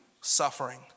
suffering